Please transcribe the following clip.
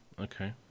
Okay